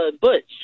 Butch